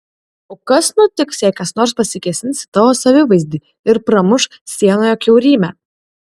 o kas nutiks jei kas nors pasikėsins į tavo savivaizdį ir pramuš sienoje kiaurymę